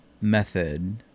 method